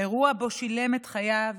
אירוע שבו שילם בחייו